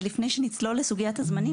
לפני שנצלול לסוגיית הזמנים,